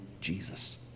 jesus